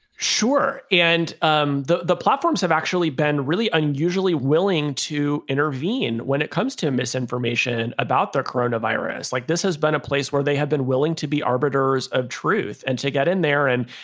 sure. and um the the platforms have actually been really unusually willing to intervene when it comes to misinformation about the corona virus, like this has been a place where they have been willing to be arbiters of truth and to get in there. and,